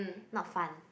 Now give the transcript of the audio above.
not fun